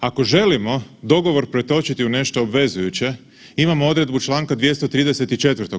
Ako želimo dogovor pretočiti u nešto obvezujuće imamo odredbu čl. 234.